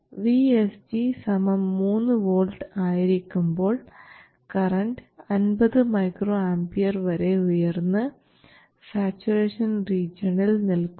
VSG 3 V ആയിരിക്കുമ്പോൾ current 50 µA വരെ ഉയർന്ന് സാച്ചുറേഷൻ റീജിയണിൽ നിൽക്കുന്നു